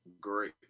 great